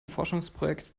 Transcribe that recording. forschungsprojekt